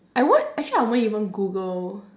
I won't actually I won't even google